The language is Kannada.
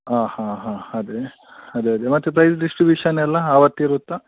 ಆಂ ಹಾಂ ಹಾಂ ಅದೇ ಅದೇ ಅದೇ ಮತ್ತು ಪ್ರೈಸ್ ಡಿಸ್ಟ್ರಿಬ್ಯೂಶನ್ನೆಲ್ಲ ಅವತ್ತು ಇರುತ್ತಾ